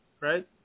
right